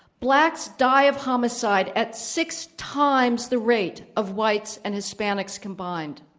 blacks die of homicide at six times the rate of whites and hispanics combined.